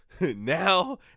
now